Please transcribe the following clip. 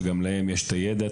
שגם להם יש את הידע,